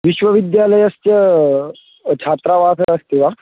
विश्वविद्यालयस्य छात्रवासः अस्ति वा